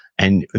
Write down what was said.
and,